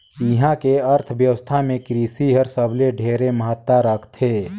इहां के अर्थबेवस्था मे कृसि हर सबले ढेरे महत्ता रखथे